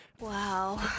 Wow